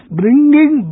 bringing